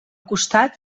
costat